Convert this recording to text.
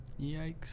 yikes